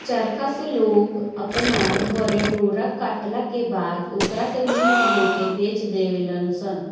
चरखा से लोग अपना घरे डोरा कटला के बाद ओकरा के मिल में लेके बेच देवे लनसन